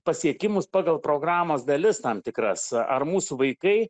pasiekimus pagal programos dalis tam tikras ar mūsų vaikai